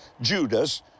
Judas